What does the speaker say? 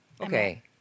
okay